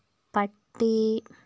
പട്ടി